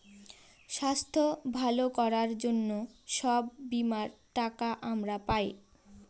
স্বাস্থ্য ভালো করার জন্য সব বীমার টাকা আমরা পায়